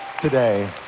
today